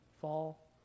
fall